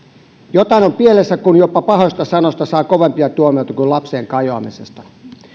jotain on pielessä kun jopa pahoista sanoista saa kovempia tuomioita kuin lapseen kajoamisesta